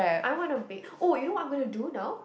I wanna bake oh you know what I'm gonna do now